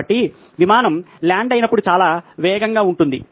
కాబట్టి విమానం ల్యాండ్ అయినప్పుడు చాలా వేగంగా ఉంటుంది